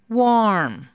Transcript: warm